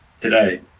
today